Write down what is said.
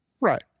Right